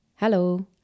Hello